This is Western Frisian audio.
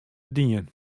dien